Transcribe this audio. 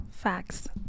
facts